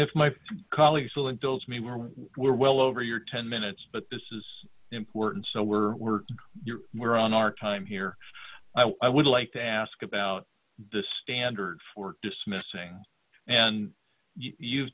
we're we're well over your ten minutes but this is important so we're we're we're on our time here i would like to ask about the standard for dismissing and you've